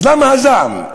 אז למה הזעם?